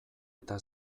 eta